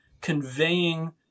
conveying